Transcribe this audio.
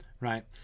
right